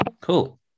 cool